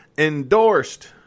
Endorsed